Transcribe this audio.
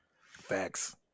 Facts